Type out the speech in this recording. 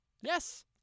Yes